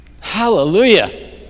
Hallelujah